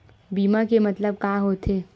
बीमा के मतलब का होथे?